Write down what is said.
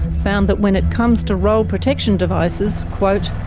found that when it comes to roll protection devices, quote,